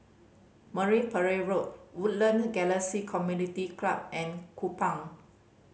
Marine Parade Road Woodland Galaxy Community Club and Kupang